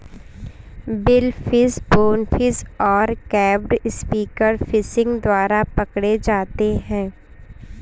billfish, bonefish और crab spear fishing द्वारा पकड़े जाते हैं